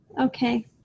Okay